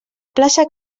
plaça